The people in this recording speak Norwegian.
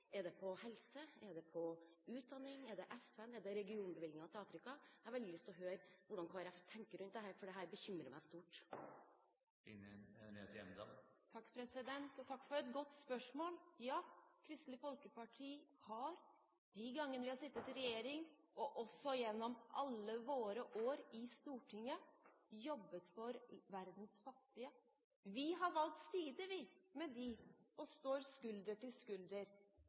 Er det på helse, er det på utdanning, er det FN, er det i regionbevilgningene til Afrika? Jeg har veldig lyst til å høre hvordan Kristelig Folkeparti tenker om dette, fordi det bekymrer meg stort. Takk for et godt spørsmål. Ja, Kristelig Folkeparti har, de gangene vi har sittet i regjering, og også gjennom alle våre år i Stortinget, jobbet for verdens fattige. Vi har valgt side, vi, med dem, og står skulder ved skulder.